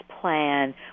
plan